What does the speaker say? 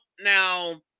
now